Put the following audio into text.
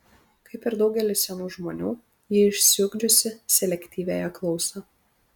kaip ir daugelis senų žmonių ji išsiugdžiusi selektyviąją klausą